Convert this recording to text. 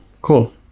Cool